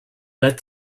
led